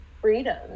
freedom